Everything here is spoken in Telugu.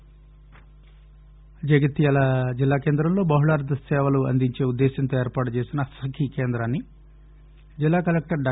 సఖి జగిత్యాల జిల్లా కేంద్రంలో బహుళార్థ సేవలను అందించే ఉద్దేశంతో ఏర్పాటు చేసిన సఖి కేంద్రాన్సి జిల్లా కలెక్టర్ డా